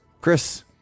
Chris